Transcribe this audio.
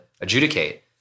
adjudicate